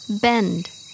Bend